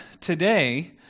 today